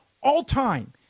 all-time